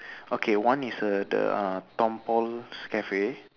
okay one is a the uh Tom Paul's cafe